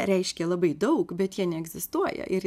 reiškia labai daug bet jie neegzistuoja ir